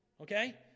Okay